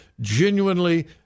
genuinely